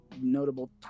notable